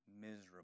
Miserable